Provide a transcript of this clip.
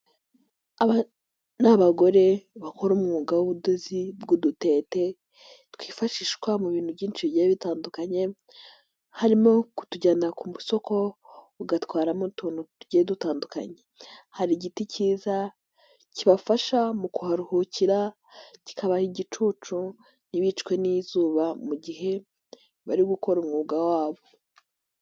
Aba ni abagore bakora umwuga w'ubudozi bw'udutete twifashishwa mu bintu byinshi bigiye bitandukanye harimo kutujyana ku masoko ugatwaramo utuntu tugiye dutandukanye, hari igiti kiza kibafasha mu kuharuhukira kikabaha igicucu, ntibicwe n'izuba mu gihe bari gukora umwuga wabo.